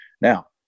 Now